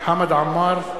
חמד עמאר,